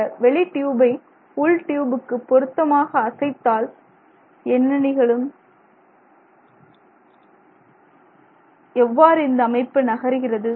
இந்த வெளி டியூபை உள் டியூபுக்கு பொருத்தமாக அசைத்தால் என்ன நிகழும் எவ்வாறு இந்த அமைப்பு நகருகிறது